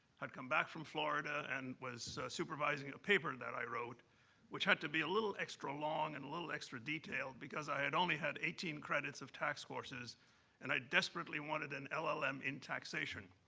had come back from florida, and was supervising a paper that i wrote which had to be a little extra long and a little extra detailed because i had only had eighteen credits of tax courses and i desperately wanted an llm in taxation.